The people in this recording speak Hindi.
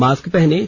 मास्क पहनें